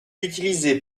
utilisé